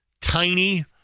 tiny